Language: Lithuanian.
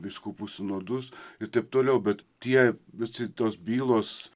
vyskupų sinodus ir taip toliau bet tie visi tos bylos